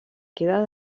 queda